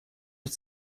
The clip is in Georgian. ერთ